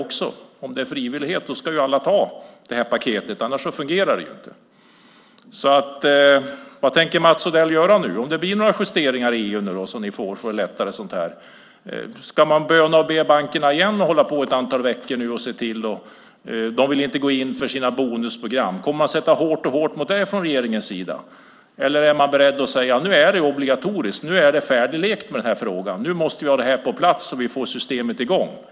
Om det är frivillighet ska alla ta det här paketet. Annars fungerar det inte. Vad tänker Mats Odell göra nu? Om det blir några justeringar i EU, ska man böna och be bankerna igen och hålla på ett antal veckor? De vill inte gå in för sina bonusprogram. Kommer man då att sätta hårt mot hårt från regeringens sida? Är man beredd att säga att nu är det obligatoriskt? Nu är det färdiglekt med den här frågan. Nu måste vi ha det här på plats så att vi får systemet i gång.